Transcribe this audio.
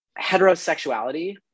heterosexuality